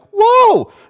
whoa